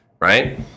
right